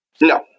No